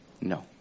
No